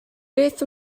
beth